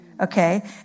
okay